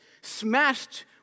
smashed